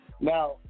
Now